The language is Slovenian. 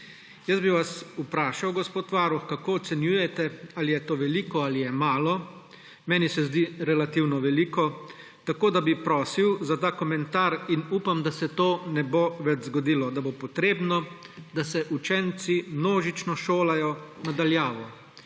bi vas, gospod varuh, kako ocenjujete, ali je to veliko ali je malo. Meni se zdi relativno veliko, tako da bi prosil za ta komentar in upam, da se ne bo več zgodilo, da bo potrebno, da se učenci množično šolajo na daljavo.